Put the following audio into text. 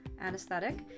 Anesthetic